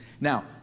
Now